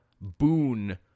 boon